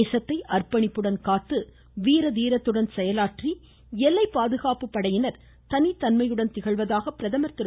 தேசத்தை அர்ப்பணிப்புடன் காத்து வீரதீரத்துடன் செயலாற்றி எல்லை பாதுகாப்பு படையினர் தனித்துவத்துடன் திகழ்வதாக பிரதமர் திரு